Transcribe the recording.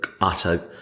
utter